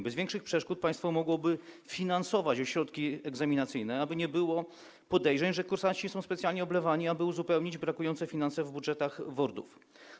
Bez większych przeszkód państwo mogłoby finansować ośrodki egzaminacyjne, aby nie było podejrzeń, że kursanci są specjalnie oblewani, aby uzupełnić brakujące finanse w budżetach WORD-ów.